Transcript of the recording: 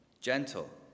gentle